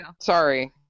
sorry